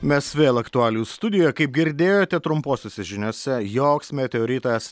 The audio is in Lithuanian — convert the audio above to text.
mes vėl aktualijų studijoje kaip girdėjote trumposiose žiniose joks meteoritas